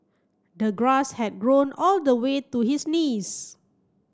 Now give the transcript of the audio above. the grass had grown all the way to his knees